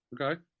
Okay